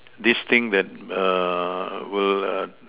these things that err will err